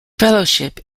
fellowship